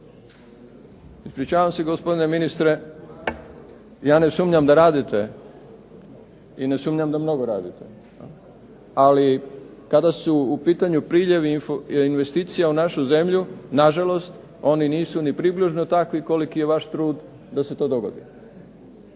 /Upadica se ne razumije./ ... Ja ne sumnjam da radite i ne sumnjam da mnogo radite, ali kada su u pitanju priljevi investicija u našu zemlju, nažalost oni nisu ni približno takvi koliki je vaš trud da se to dogodi.